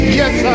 yes